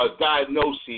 diagnosis